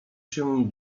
się